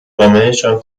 جامعهشان